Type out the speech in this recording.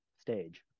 stage